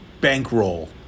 bankroll